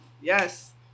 Yes